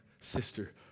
sister